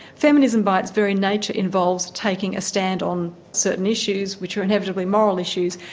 feminism by its very nature involves taking a stand on certain issues, which are inevitably moral issues,